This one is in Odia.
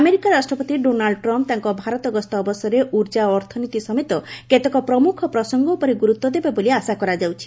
ଆମେରିକା ରାଷ୍ଟ୍ରପତି ଡୋନାଲ୍ଡ ଟ୍ରମ୍ପ ତାଙ୍କ ଭାରତ ଗସ୍ତ ଅବସରରେ ଉର୍କା ଓ ଅର୍ଥନୀତି ସମେତ କେତେକ ପ୍ରମୁଖ ପ୍ରସଙ୍ଗ ଉପରେ ଗୁରୁତ୍ୱ ଦେବେ ବୋଲି ଆଶା କରାଯାଉଛି